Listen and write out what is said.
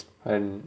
and